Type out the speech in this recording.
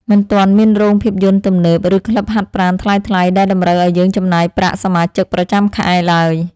មិនទាន់មានរោងភាពយន្តទំនើប ឬក្លឹបហាត់ប្រាណថ្លៃៗដែលតម្រូវឱ្យយើងចំណាយប្រាក់សមាជិកប្រចាំខែឡើយ។